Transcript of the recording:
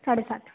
साढ़े सात